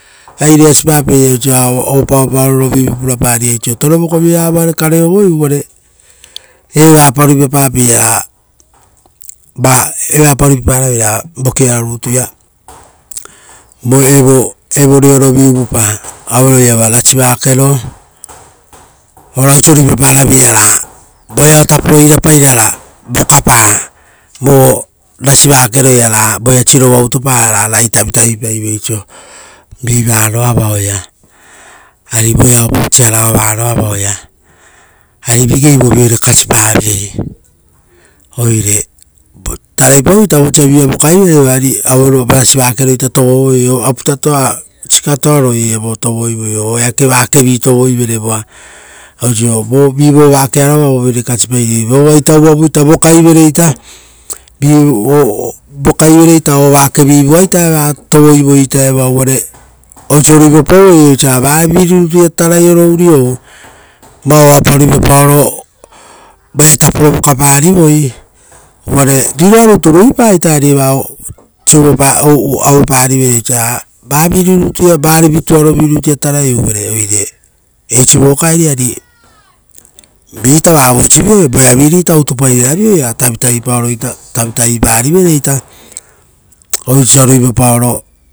Ari reasipa peira ra o piropiro piero vii pura ri, oso torevoko vira raga voare kareovoi u uvare evapa ruipapa peira ra evapa ruipapa raveira vokiara rutu ia evo reo rovi uvupa, aue rovi iava rasi resiro, ora oiso ruipapa ra viera ra, voeao tapo irapairara vokapa vo rasi resi ro ia, ra voea sirova utupara ra ragai tavitavi paive oiso, vivaroa vao ia, ari voea vo siaraa roa vaoia. Ari vigei voviore kasipaviei. Oire, tarai pauta ita vosa vitapo vokaive ari auero rasi resiro ita tovovoi o opitato, o sikatoa ro ira votovoi voi, o eake resivii tovoivoi-vere voa, oiso vivo resi aroa vao voviore kasipai. Oire voava uva vuita vokaivere ita, vokaivere, oresii vivuaita eva tovoivoi ta evoa uvare osio ruipapa uei oiso ra vaviri rutu ia tarai oro uriou, vao oapa ruipapaoro voea tapo vokapari voi. Uvare riroa rutu ruipa ita ari vao sovopa, aue parivereita oisora vaviri rutu, vari vituaro virutu ia tarai uvere oire, eisi vo kaen piira ari viita vavoi sivio, voeari ita utu pairara vii oea tavitavipao roita, tavitavipa rivereita, oiso sa ruipaparo.